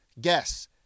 guess